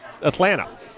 Atlanta